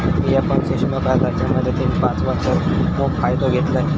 मिया पण सूक्ष्म कर्जाच्या मदतीन पाच वर्षांत मोप फायदो घेतलंय